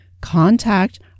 Contact